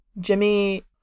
Jimmy